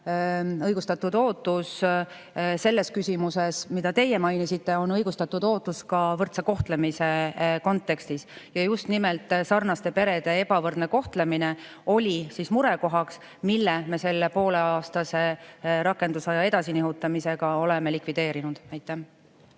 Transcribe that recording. õigustatud ootus selles küsimuses, mida teie mainisite, on õigustatud ootus ka võrdse kohtlemise kontekstis. Just nimelt sarnaste perede ebavõrdne kohtlemine oli murekoht, mille me selle pooleaastase rakendusaja edasi nihutamisega oleme likvideerinud. Suur